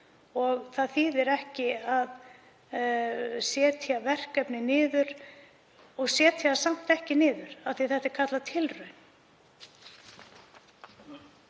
Það þýðir ekki að setja verkefni niður og setja það samt ekki niður af því að þetta er kallað tilraun.